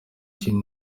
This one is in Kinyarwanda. kindi